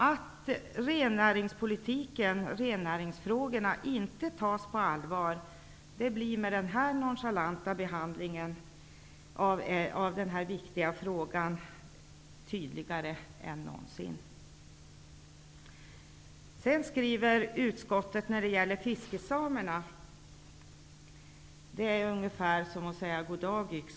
Att rennäringsfrågorna inte tas på allvar blir med denna nonchalanta hantering av en så viktig fråga tydligare än någonsin. Utskottets skrivning vad gäller fiskesamerna är ungefär som att säga god dag, yxskaft.